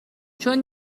چون